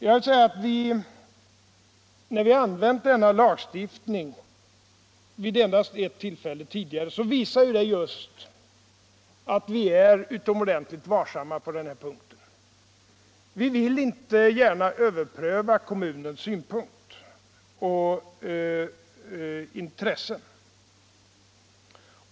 Att vi använt denna lagstiftning vid endast ett tillfälle tidigare visar just att vi är utomordentligt varsamma på denna punkt. Vi vill inte gärna överpröva kommunens synpunkter och intressen.